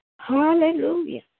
Hallelujah